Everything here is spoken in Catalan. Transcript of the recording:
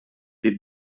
dit